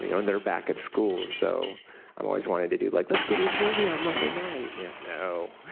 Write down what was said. you know and they're back at school, so i always wanted to do like, let's go to movie on monday night. no.